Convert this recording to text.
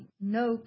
no